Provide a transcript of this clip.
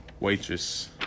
Waitress